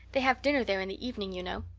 they have dinner there in the evening, you know.